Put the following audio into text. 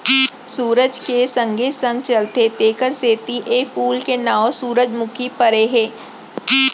सुरूज के संगे संग चलथे तेकरे सेती ए फूल के नांव सुरूजमुखी परे हे